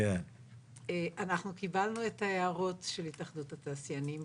אנחנו קיבלנו את ההערות של התאחדות התעשיינים,